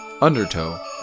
Undertow